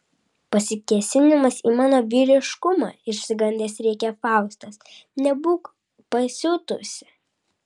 pasikėsinimas į mano vyriškumą išsigandęs rėkia faustas nebūk pasiutusi